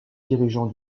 dirigeant